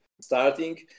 starting